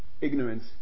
ignorance